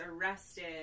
arrested